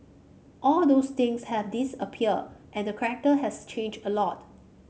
all those things have disappeared and the character has changed a lot